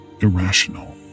irrational